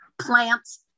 plants